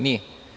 Nije.